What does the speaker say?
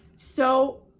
so,